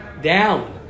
down